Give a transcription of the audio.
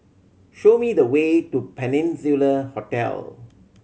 show me the way to Peninsula Hotel